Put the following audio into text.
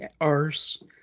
arse